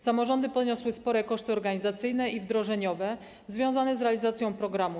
Samorządy poniosły spore koszty organizacyjne i wdrożeniowe związane z realizacją programu.